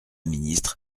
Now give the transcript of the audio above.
ministre